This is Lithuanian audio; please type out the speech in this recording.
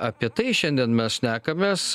apie tai šiandien mes šnekamės